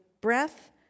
breath